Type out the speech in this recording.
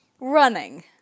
running